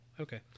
okay